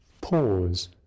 pause